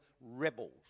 rebels